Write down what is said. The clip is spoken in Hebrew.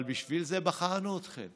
אבל בשביל זה בחרנו אתכם,